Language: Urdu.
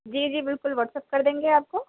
جی جی بالکل وٹسپ کر دیں گے آپ کو